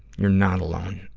you're not alone.